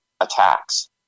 attacks